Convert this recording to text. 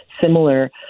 similar